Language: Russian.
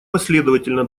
последовательно